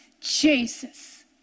Jesus